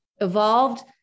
evolved